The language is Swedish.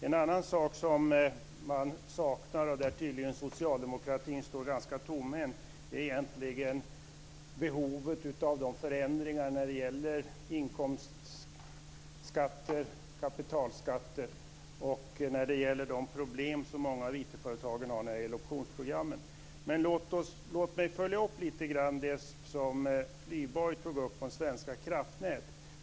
En annan sak man saknar, där socialdemokratin tydligen står ganska tomhänt, är behovet av förändringar när det gäller inkomstskatter, kapitalskatter och de problem många IT-företag har när det gäller optionsprogrammen. Låt mig följa upp lite grann det som Flyborg tog upp om Svenska kraftnät.